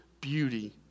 beauty